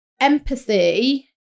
empathy